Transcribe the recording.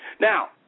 Now